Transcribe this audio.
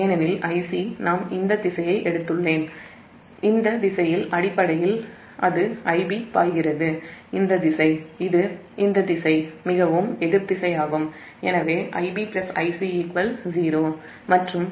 ஏனெனில் Ic இந்த திசையை எடுத்துள்ளேன் Ib இந்த திசையில் அடிப்படையில் அது Ib இந்த திசையில் பாய்கிறது இது இந்த திசை மிகவும் எதிர் திசையாகும் எனவே Ib Ic 0